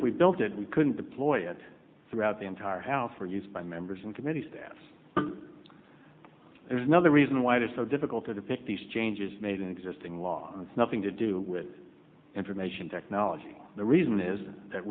if we built it we couldn't deploy it throughout the entire house for use by members and committee staff is another reason why it is so difficult to depict these changes made in existing law and it's nothing to do with information technology the reason is that